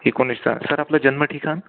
एकोणीस ता सर आपलं जन्म ठिकाण